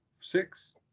Six